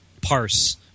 parse